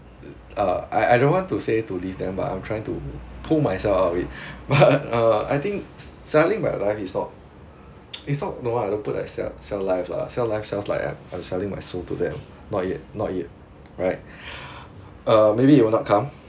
uh I I don't want to say to leave them but I'm trying to pull myself up with but uh I think sell selling my life is not is not no ah don't put like sell sell life lah sell life sounds like I'm I'm selling my soul to them not yet not yet right uh maybe it will not come